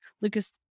Lucas